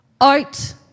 Out